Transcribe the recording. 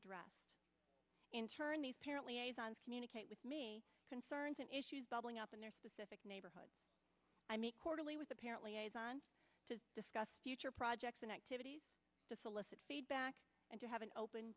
addressed in turn these parent liaison communicate with me concerns and issues bubbling up in their specific neighborhood i make quarterly with apparently to discuss future projects and activities to solicit feedback and to have an open